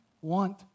want